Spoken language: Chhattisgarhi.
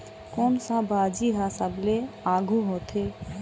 कोन सा भाजी हा सबले आघु होथे?